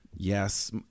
Yes